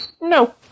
No